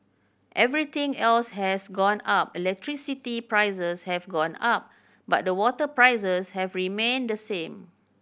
everything else has gone up electricity prices have gone up but the water prices have remained the same